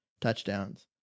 touchdowns